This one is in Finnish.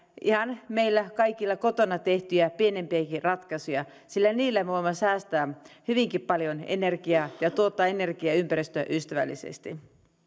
ihan meillä kaikilla kotona tehtäviä pienempiäkin ratkaisuja sillä niillä voimme säästää hyvinkin paljon energiaa ja tuottaa energiaa ympäristöystävällisesti